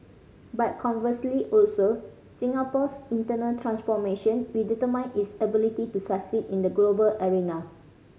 but conversely also Singapore's internal transformation will determine its ability to succeed in the global arena